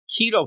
keto